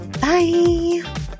Bye